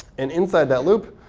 and inside that loop,